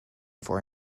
for